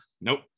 Nope